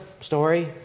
story